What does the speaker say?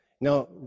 Now